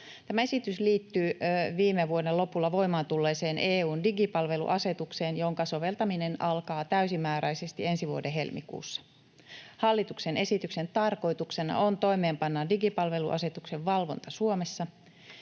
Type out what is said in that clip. Tämä esitys liittyy viime vuoden lopulla voimaan tulleeseen EU:n digipalveluasetukseen, jonka soveltaminen alkaa täysimääräisesti ensi vuoden helmikuussa. Hallituksen esityksen tarkoituksena on toimeenpanna digipalveluasetuksen valvonta Suomessa,